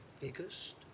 biggest